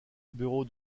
bureau